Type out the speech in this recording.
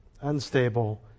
Unstable